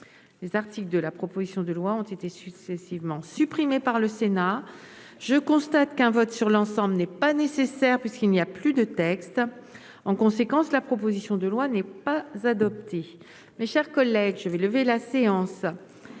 les articles de la proposition de loi ont été successivement supprimé par le Sénat, je constate qu'un vote sur l'ensemble n'est pas nécessaire puisqu'il n'y a plus de texte en conséquence, la proposition de loi n'est pas adopté, mes chers collègues, je vais lever la séance